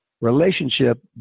relationship